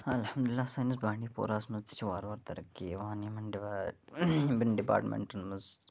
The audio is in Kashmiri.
اَلحَمدُلِلہ سٲنِس بانٛڈی پوراہَس مَنٛز تہِ چھِ وار وار تَرقی یِوان یِمَن ڈِوا یِمن ڈِپاٹمنٹن مَنٛز